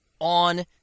on